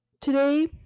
today